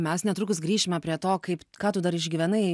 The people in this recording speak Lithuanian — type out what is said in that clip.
mes netrukus grįšime prie to kaip ką tu dar išgyvenai